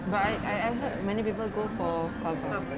but I I I heard many people go for karva